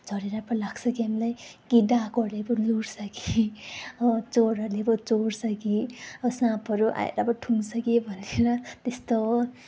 झरेर पो लाग्छ कि हामीलाई कि डाकुहरूले पो लुट्छ कि अब चोरहरूले पो चोर्छ कि अब साँपहरू आएर पो ठुङ्छ कि भनेर त्यस्तो